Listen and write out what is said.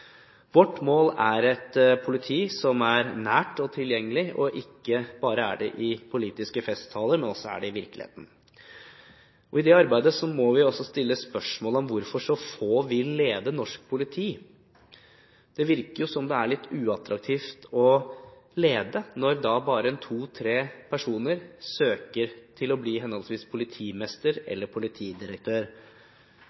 Vårt mål er et politi som er nært og tilgjengelig, og som ikke bare er det i politiske festtaler, men også i virkeligheten. I det arbeidet må vi også stille spørsmål om hvorfor så få vil lede norsk politi. Det virker som om det er litt uattraktivt å lede, når bare to–tre personer søker om å bli henholdsvis politimester